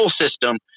system